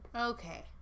Okay